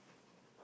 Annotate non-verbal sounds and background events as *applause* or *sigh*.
*breath*